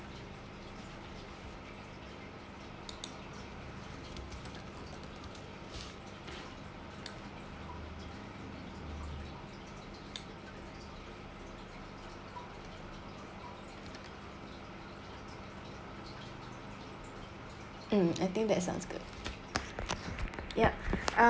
mm I think that's sounds good yup um